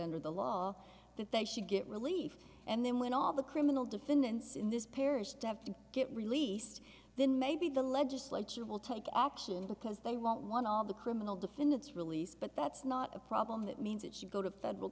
under the law the think should get relief and then when all the criminal defendants in this parish to have to get released then maybe the legislature will take action because they won't want all the criminal defendants released but that's not a problem that means it should go to federal